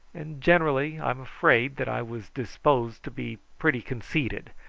and generally i'm afraid that i was disposed to be pretty conceited,